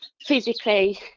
physically